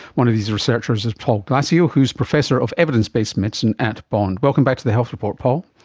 one of these researchers is paul glasziou who is professor of evidence based medicine at bond. welcome back to the health report, paul.